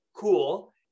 cool